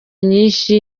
nyinshi